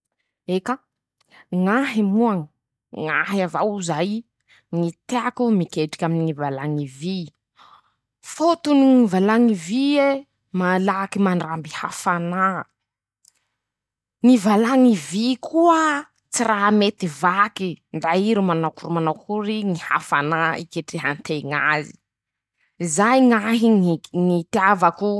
<…ptoa>Eka! ñ'ahy moa. ñ'ahy avao zay. ñy teako miketriky aminy ñy valañy vy ;fotony ñy valañy vy e. malaky mandramby hafanà. ñy valañy vy koa tsy raha mety vaky ndra i ro manaoakorimanaoakory ñy hafanà iketrehan-teñ'aze. zay ñ'ahy ñy k ñy itiavako.